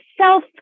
self